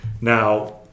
Now